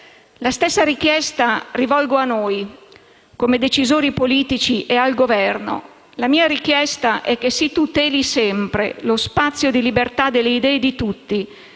La stessa richiesta rivolgo a noi, come decisori politici, e al Governo. La mia richiesta è che si tuteli lo spazio di libertà delle idee di tutti,